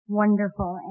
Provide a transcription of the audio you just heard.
wonderful